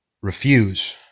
refuse